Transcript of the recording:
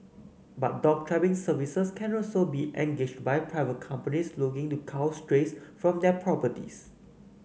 but dog trapping services can also be engaged by private companies looking to cull strays from their properties